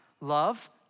Love